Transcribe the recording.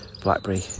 blackberry